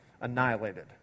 annihilated